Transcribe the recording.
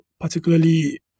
particularly